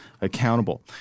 accountable